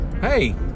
Hey